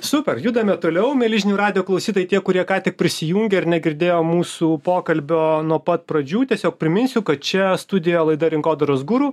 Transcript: super judame toliau mieli žinių radijo klausytojai tie kurie ką tik prisijungė ir negirdėjo mūsų pokalbio nuo pat pradžių tiesiog priminsiu kad čia studio laida rinkodaros guru